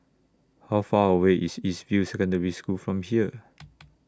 How Far away IS East View Secondary School from here